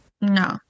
no